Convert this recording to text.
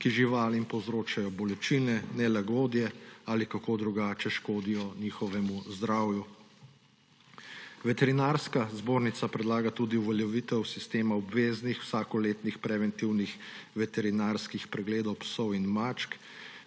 ki živalim povzročajo bolečine, nelagodje ali kako drugače škodijo njihovemu zdravju. Veterinarska zbornica predlaga tudi uveljavitev sistema obveznih vsakoletnih preventivnih veterinarskih pregledov psov in mačk